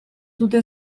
dute